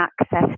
access